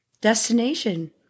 destination